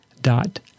dot